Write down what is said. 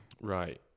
Right